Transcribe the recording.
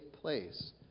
place